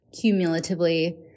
cumulatively